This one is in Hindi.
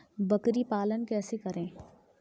बकरी पालन कैसे करें?